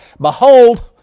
Behold